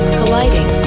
colliding